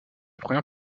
première